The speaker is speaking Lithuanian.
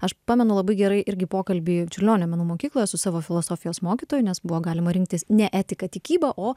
aš pamenu labai gerai irgi pokalbį ir čiurlionio menų mokykloje su savo filosofijos mokytoju nes buvo galima rinktis ne etiką tikybą o